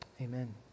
Amen